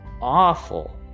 Awful